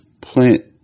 plant